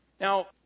Now